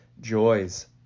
joys